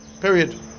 Period